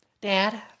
Dad